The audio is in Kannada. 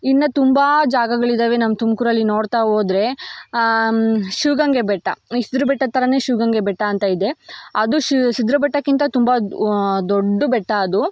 ಇನ್ನು ತುಂಬ ಜಾಗಗಳಿದ್ದಾವೆ ನಮ್ಮ ತುಮಕೂರಲ್ಲಿ ನೋಡ್ತಾ ಹೋದ್ರೆ ಶಿವಗಂಗೆ ಬೆಟ್ಟ ಈ ಸಿದ್ಧರ ಬೆಟ್ಟದ ಥರನೇ ಶಿವಗಂಗೆ ಬೆಟ್ಟ ಅಂತ ಇದೆ ಅದು ಶಿ ಸಿದ್ಧರ ಬೆಟ್ಟಕ್ಕಿಂತ ತುಂಬ ದೊಡ್ಡ ಬೆಟ್ಟ ಅದು